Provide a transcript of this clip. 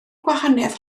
gwahaniaeth